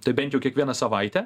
tai bent jau kiekvieną savaitę